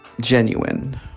genuine